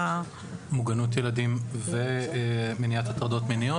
מוגנות ילדים ומניעת הטרדות מיניות,